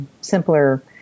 simpler